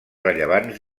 rellevants